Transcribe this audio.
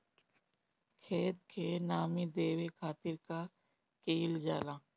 खेत के नामी देवे खातिर का कइल जाला?